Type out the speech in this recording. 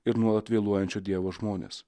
ir nuolat vėluojančio dievo žmonės